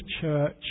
church